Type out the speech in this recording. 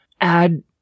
add